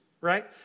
right